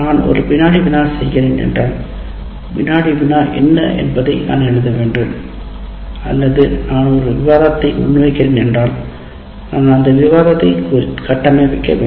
நான் ஒரு வினாடி வினா செய்கிறேன் என்றால் வினாடி வினா என்ன என்பதை நான் எழுத வேண்டும் அல்லது நான் ஒரு விவாதத்தை முன்வைக்கிறேன் என்றால் நான் அந்த விவாதத்தை கட்டமைக்க வேண்டும்